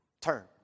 turn